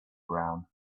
ground